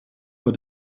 vor